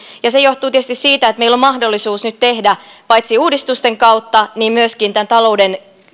ja se johtuu tietysti siitä että meillä on nyt mahdollisuus tehdä paitsi uudistusten kautta myöskin tämän talouden